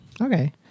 Okay